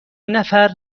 نفر